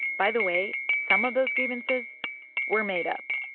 by the way, some of those grievances were made up.